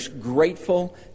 grateful